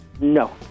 No